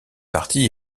partie